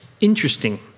interesting